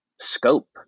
scope